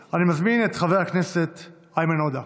וברכות.) אני מזמין את חבר הכנסת איימן עודה,